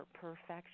perfection